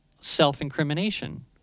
self-incrimination